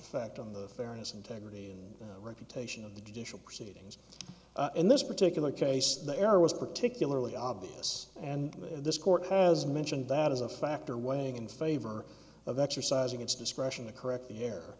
effect on the fairness integrity and reputation of the judicial proceedings in this particular case the error was particularly obvious and this court has mentioned that as a factor weighing in favor of exercising its discretion to correct the